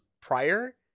prior